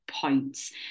points